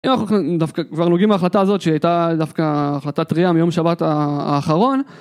אם אנחנו כבר נוגעים בהחלטה הזאת שהייתה דווקא החלטה טריה מיום שבת האחרון...